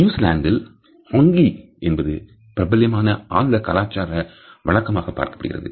நியூசிலாந்தில் ஹாங்கி என்பது பிரபல்யமான ஆழ்ந்த கலாச்சார வழக்கமாக பார்க்கப்படுகிறது